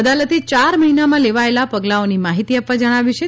અદાલતે યાર મહિનામાં લેવાયેલાં પગલાંઓની માહિતી આપવા જણાવ્યું છે